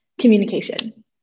communication